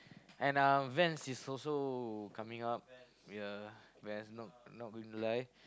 and um Vans is also coming up ya Vans not not going to lie